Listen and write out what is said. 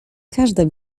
każda